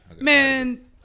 Man